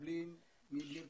מקבלים מעדות המזרח,